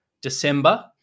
december